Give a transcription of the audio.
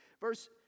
Verse